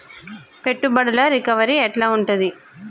పెట్టుబడుల రికవరీ ఎట్ల ఉంటది?